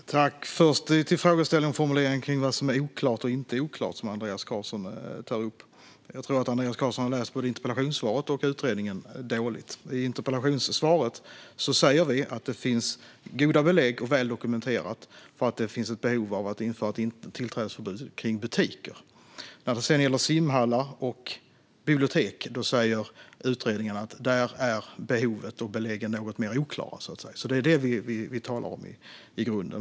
Herr talman! Jag går först till frågeställningen och formuleringen om vad som är oklart eller inte oklart som Andreas Carlson tar upp. Jag tror att Andreas Carlson läst både interpellationssvaret och utredningen dåligt. I interpellationssvaret säger vi att det finns goda belägg för och är väl dokumenterat att det finns ett behov av att införa tillträdesförbud för butiker. När det sedan gäller simhallar och bibliotek säger utredningen att där är behovet och beläggen något mer oklara. Det är vad vi talar om i grunden.